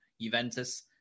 Juventus